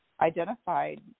identified